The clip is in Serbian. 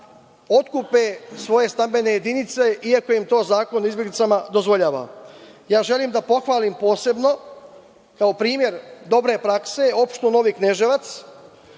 otkupe svoje stambene jedinice, iako im to Zakon o izbeglicama to dozvoljava. Ja želim da pohvalim posebno, kao primer dobre prakse, opštinu Novi Kneževac,